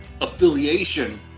affiliation